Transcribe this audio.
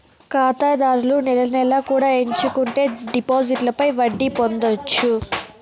ఖాతాదారులు నెల నెలా కూడా ఎంచుకుంటే డిపాజిట్లపై వడ్డీ పొందొచ్చు